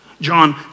John